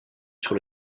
sur